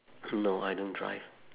no I don't drive